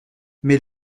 mais